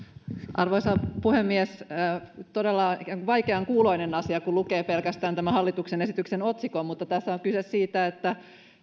arvoisa puhemies todella vaikean kuuloinen asia kun lukee pelkästään tämän hallituksen esityksen otsikon mutta tässä on kyse siitä että